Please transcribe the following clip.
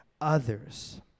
others